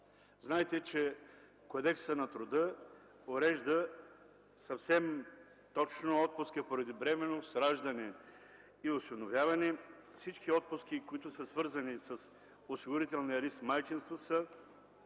Знаете, че Кодексът на труда урежда съвсем точно отпуска поради бременност, раждане и осиновяване. Всички отпуски, които са свързани с осигурителния риск майчинство, са